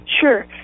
Sure